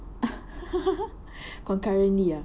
concurrently ah